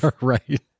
Right